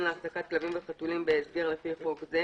להחזקת כלבים וחתולים בהסגר לפי חוק זה,